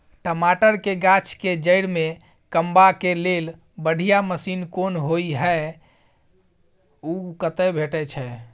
टमाटर के गाछ के जईर में कमबा के लेल बढ़िया मसीन कोन होय है उ कतय भेटय छै?